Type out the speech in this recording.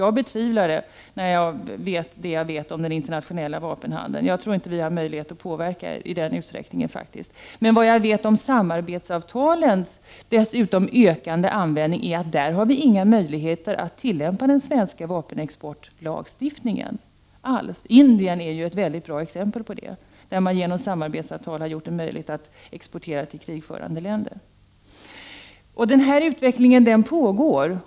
Jag betvivlar det mot bakgrund av vad jag vet om den internationella vapenhandeln. Jag tror inte att vi har möjlighet att påverka i den utsträckningen. Såvitt jag vet har vi när det gäller samarbetsavtalens ökade användning inga möjligheter alls att tillämpa den svenska vapenexportlagstiftningen. Indien är ett mycket bra exempel på det. Genom samarbetsavtal har man gjort det möjligt att exportera till krigförande länder. Denna utveckling pågår.